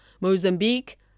Mozambique